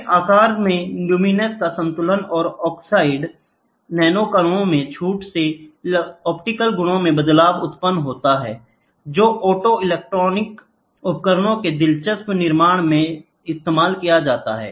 फिर आकार से ल्यूमिनेंस का संतुलन और ऑक्साइड नैनोकणों में छूट से ऑप्टिकल गुणों में बदलाव उत्पन्न होता है जो ऑप्टो इलेक्ट्रॉनिक उपकरणों के दिलचस्प निर्माण में इस्तेमाल किया जा सकता है